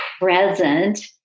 present